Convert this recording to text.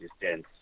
distance